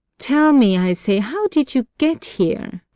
tell me, i say, how did you get here?